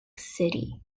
city